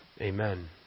Amen